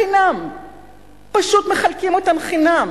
אלא פשוט מחלקים אותן חינם